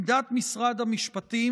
עמדת משרד המשפטים